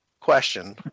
question